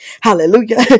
Hallelujah